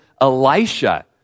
Elisha